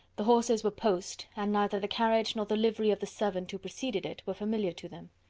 the horses were post and neither the carriage, nor the livery of the servant who preceded it, were familiar to them.